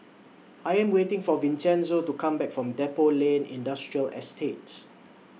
I Am waiting For Vincenzo to Come Back from Depot Lane Industrial Estate